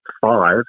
five